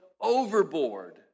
overboard